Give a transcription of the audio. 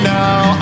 now